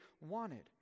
wanted